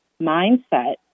mindset